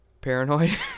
Paranoid